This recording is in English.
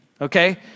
Okay